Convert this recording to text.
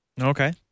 Okay